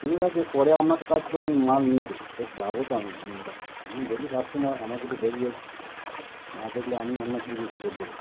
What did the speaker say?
ঠিক আছে পরে আপনার কাছে তো আমি মাল নিই তো যাবো তো আমি আপনার কাছে আমি ডেলি কাস্টমার আমাকে একটু দেখবেন না দেখলে আমি আপনাকে দেখে কী কর দেখবো